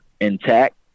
intact